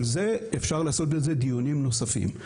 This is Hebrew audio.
אבל זה אפשר לעשות על זה דיונים נוספים.